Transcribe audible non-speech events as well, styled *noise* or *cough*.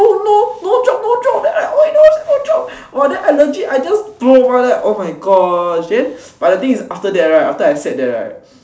no no no drop no drop then I no no drop then !wah! then legit I just *noise* oh my gosh then but the thing is after that right after I sat that right